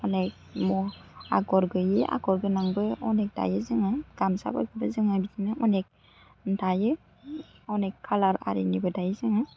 अनेक आगर गैयि आगर गोनांबो अनेक दायो जोङो गामसाफोरखौ जोङो बिदिनो अनेक दायो अनेक कालार आरिनिबो दायो जोङो